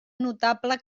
notable